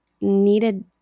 needed